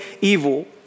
evil